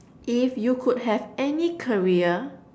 if you could have any career